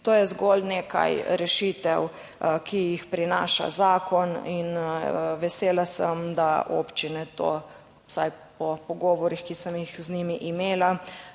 To je zgolj nekaj rešitev, ki jih prinaša zakon. In vesela sem, da občine to vsaj po pogovorih, ki sem jih z njimi imela,